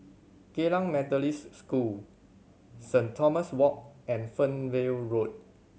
Geylang Methodist School Saint Thomas Walk and Fernvale Road